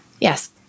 yes